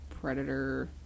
predator